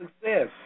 success